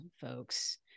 folks